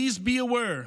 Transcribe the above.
Please be aware,